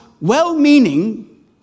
well-meaning